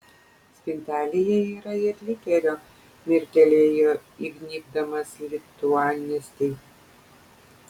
spintelėje yra ir likerio mirktelėjo įgnybdamas lituanistei